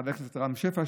לחבר הכנסת רם שפע,